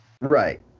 Right